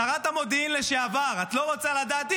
שרת המודיעין לשעבר, את לא רוצה לדעת?